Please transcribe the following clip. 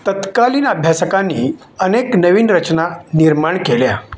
तत्कालीन अभ्यासकांनी अनेक नवीन रचना निर्माण केल्या